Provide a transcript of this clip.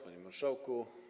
Panie Marszałku!